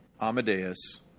Amadeus